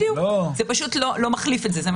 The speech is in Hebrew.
זה לא מחליף את זה.